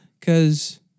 cause